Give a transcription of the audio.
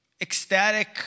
ecstatic